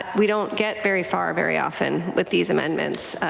but we don't get very far very often with these amendments,